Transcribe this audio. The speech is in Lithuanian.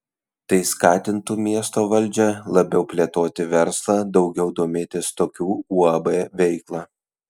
tai skatintų miesto valdžią labiau plėtoti verslą daugiau domėtis tokių uab veikla